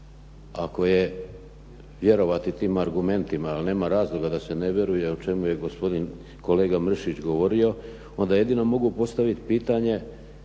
Ako je vjerovati tim argumentima a nema razloga da se ne vjeruje o čemu je gospodin kolega Mrsić govorio onda jedino mogu postaviti pitanje